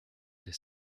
des